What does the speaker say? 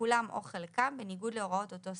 כולם או חלקם, בניגוד להוראות אותו סעיף.